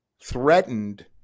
threatened